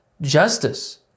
justice